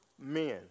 men